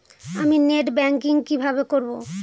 আমি net banking কিভাবে করব?